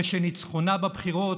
ושניצחונה בבחירות,